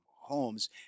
homes